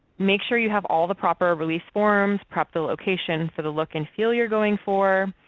make sure you have all the proper release forms, prep the location for the look and feel you're going for.